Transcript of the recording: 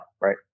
Right